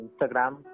instagram